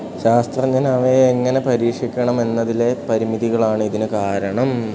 ശാസ്ത്രജ്ഞൻ അവയെ എങ്ങനെ പരീക്ഷിക്കണമെന്നതിലെ പരിമിതികളാണ് ഇതിന് കാരണം